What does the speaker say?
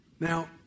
Now